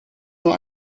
nur